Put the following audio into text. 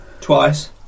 Twice